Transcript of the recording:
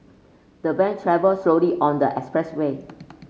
the van travelled slowly on the expressway